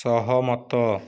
ସହମତ